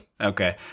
Okay